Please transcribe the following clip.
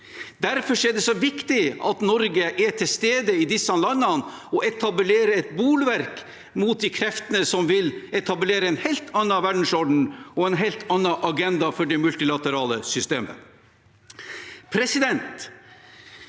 Derfor er det så viktig at Norge er til stede i disse landene og etablerer et bolverk mot de kreftene som vil etablere en helt annen verdensorden og en helt annen agenda for det multilaterale systemet.